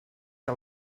què